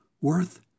Worth